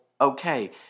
okay